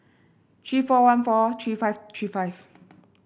three four one four three five three five